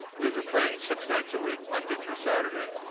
we were playing six nights a week, monday through saturday.